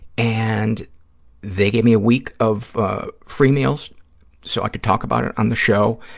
and they gave me a week of ah free meals so i could talk about it on the show,